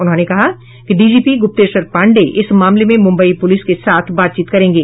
उन्होंने कहा कि डीजीपी ग्रुप्तेश्वर पांडे इस मामले में मुंबई पुलिस के साथ बातचीत करेंगे